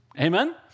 Amen